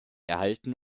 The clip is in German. erhalten